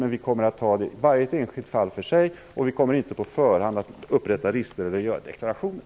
Men vi kommer att ta varje enskilt fall för sig. Vi kommer inte på förhand att upprätta listor eller göra deklarationer.